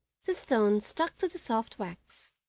the stone stuck to the soft wax.